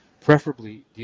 preferably